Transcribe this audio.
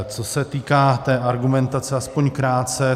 Co se týká té argumentace, aspoň krátce.